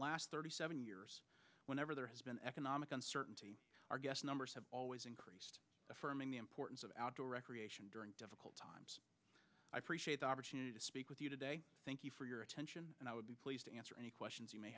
last thirty seven years whenever there has been economic uncertainty our guest numbers have always increased affirming the importance of outdoor recreation during difficult times i appreciate the opportunity to speak with you today thank you for your attention and i would be pleased to answer any questions you may